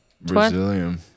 Brazilian